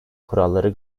kuralları